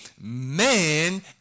man